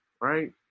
right